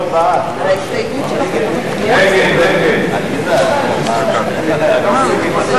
ההסתייגות של חברת הכנסת יוליה שמאלוב-ברקוביץ לסעיף 1 לא נתקבלה.